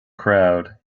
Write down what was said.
crowd